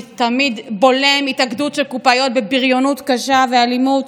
שתמיד בולם התאגדות של קופאיות בבריונות קשה ואלימות,